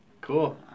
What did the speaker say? Cool